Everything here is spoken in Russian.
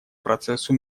процессу